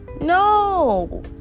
no